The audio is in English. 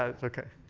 ah it's ok.